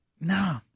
no